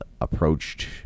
approached